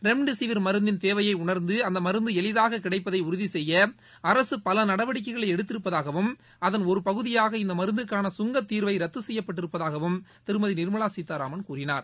remdesivir மருந்தின் தேவையை உணர்ந்து அந்த மருந்து எளிதாக கிடைப்பதை உறுதி செய்ய அரசு பல நடவடிக்கைகளை எடுத்திருப்பதாகவும் அதன் ஒரு பகுதியாக இந்த மருந்துக்கான சுங்கத்தீர்வை ரத்து செய்யப்பட்டிருப்பதாகவும் திருமதி நிர்மலா சீதாராமன் கூறினார்